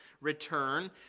return